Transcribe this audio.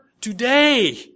today